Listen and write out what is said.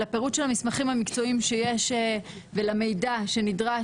לפירוט של המסמכים המקצועיים שיש ולמידע שנדרש